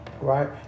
right